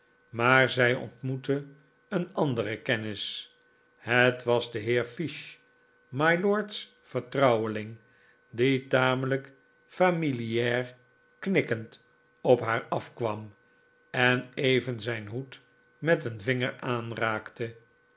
maar b zij ontmoette een anderen kennis het was de heer fiche mylords vertrouweling die tamelijk familiaar knikkend op haar afkwam en even zijn hoed met een vinger aanraakte